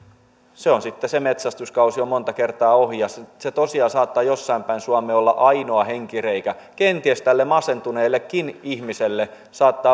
se on sitten se metsästyskausi jo monta kertaa ohi se tosiaan saattaa jossain päin suomea olla ainoa henkireikä kenties tälle masentuneellekin ihmiselle